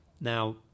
now